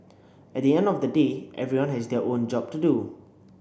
at the end of the day everyone has their own job to do